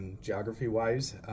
geography-wise